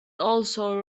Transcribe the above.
also